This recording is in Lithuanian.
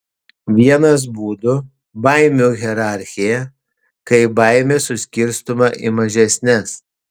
vienas būdų baimių hierarchija kai baimė suskirstoma į mažesnes